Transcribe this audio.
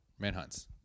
Manhunts